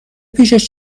پیشش